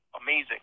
amazing